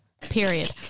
Period